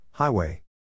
Highway